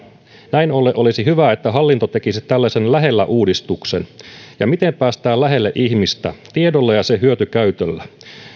näin ollen olisi hyvä että hallinto tekisi tällaisen lähellä uudistuksen ja miten päästään lähelle ihmistä tiedolla ja sen hyötykäytöllä